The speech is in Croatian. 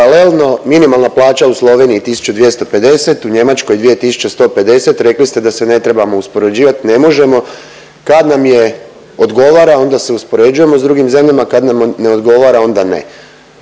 Paralelno minimalna plaća u Sloveniji 1.250, u Njemačkoj 2.150, rekli ste da se ne trebamo uspoređivat, ne možemo. Kad nam je odgovara onda se uspoređujemo s drugim zemljama, kad nam ne odgovara onda ne.